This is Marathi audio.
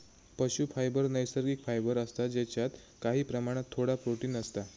पशू फायबर नैसर्गिक फायबर असता जेच्यात काही प्रमाणात थोडा प्रोटिन असता